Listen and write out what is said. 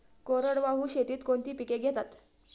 कोरडवाहू शेतीत कोणती पिके घेतात?